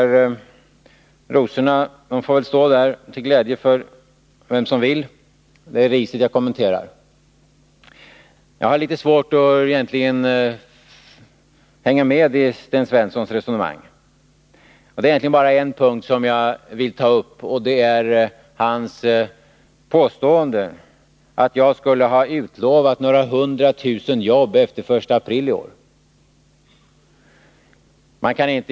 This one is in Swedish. Rosorna får väl stå där till glädje för vem som vill. Det är riset jag skall kommentera. Jag har litet svårt att hänga med i Sten Svenssons resonemang. Det är egentligen bara en punkt som jag vill ta upp, och det är hans påstående att jag skulle ha utlovat 100 000 jobb efter den 1 april i år.